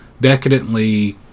decadently